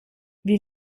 wie